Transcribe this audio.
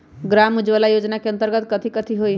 ग्राम उजाला योजना के अंतर्गत कथी कथी होई?